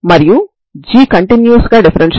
కాబట్టి మీరు సరిహద్దు నియమాలను వర్తింపచేస్తారు